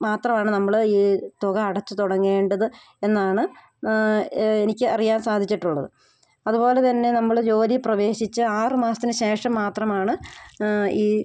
മാത്രമാണ് നമ്മൾ ഈ തുക അടച്ച് തുടങ്ങേണ്ടത് എന്നാണ് എനിക്ക് അറിയാൻ സാധിച്ചിട്ടുള്ളത് അത്പോലെ തന്നെ നമ്മൾ ജോലി പ്രവേശിച്ച് ആറ് മാസത്തിന് ശേഷം മാത്രമാണ് ഈ